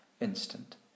instant